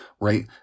right